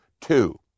two